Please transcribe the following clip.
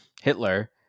Hitler